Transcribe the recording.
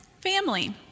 Family